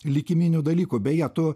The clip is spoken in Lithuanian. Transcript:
likiminių dalykų beje tu